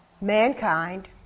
Mankind